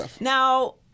Now